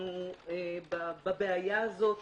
אנחנו בבעיה הזאת